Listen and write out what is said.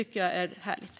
Det är härligt.